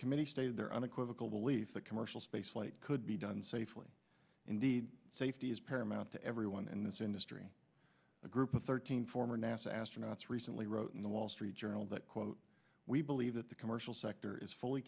committee stated their unequivocal belief that commercial spaceflight could be done safely indeed safety is paramount to everyone in this industry a group of thirteen former nasa astronauts recently wrote in the wall street journal that quote we believe that the commercial sector is fully